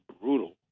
brutal